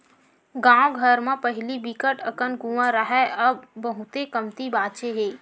गाँव घर म पहिली बिकट अकन कुँआ राहय अब बहुते कमती बाचे हे